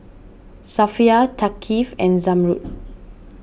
Safiya Thaqif and Zamrud